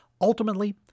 Ultimately